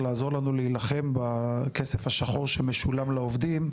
לעזור לנו להילחם בכסף השחור שמשולם לעובדים,